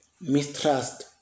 mistrust